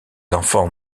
enfants